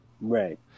Right